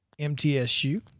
MTSU